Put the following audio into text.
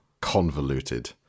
convoluted